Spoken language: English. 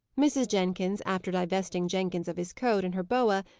mrs. jenkins, after divesting jenkins of his coat, and her boa,